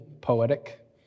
poetic